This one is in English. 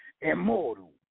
Immortal